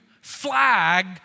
flag